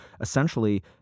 essentially